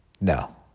no